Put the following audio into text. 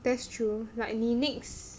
that's true likely next